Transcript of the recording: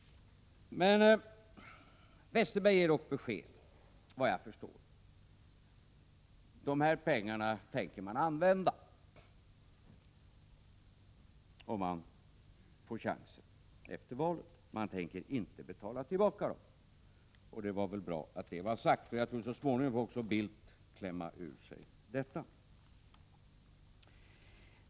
Men Westerberg ger dock besked, efter vad jag förstår. De här pengarna tänker folkpartiet använda, om man får chansen efter valet. Man tänker inte betala tillbaka dem. Det var ju bra att det blev sagt. Så småningom får säkert också Bildt klämma ur sig detta.